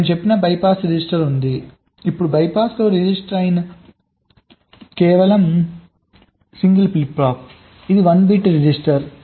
నేను చెప్పిన BYPASS register ఉంది ఇప్పుడు BYPASS రిజిస్టర్ కేవలం సింగిల్ ఫ్లిప్ ఫ్లాప్ ఇది 1 బిట్ రిజిస్టర్